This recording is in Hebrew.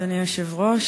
אדוני היושב-ראש,